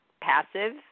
Passive